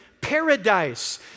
paradise